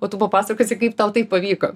o tu papasakosi kaip tau tai pavyko